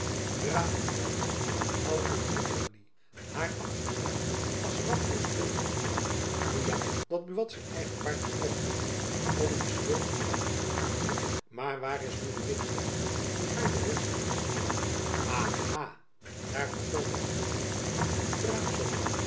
hoû u goed bromley haar achterna als wakkere spilgioenen hoe jammer dat buat zijn eigen paard verkocht heeft om die schuld aan my af te doen maar waar is nu de windhond die haar den weg af zal snijden aha daar vertoont er zich een braaf zoo